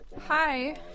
Hi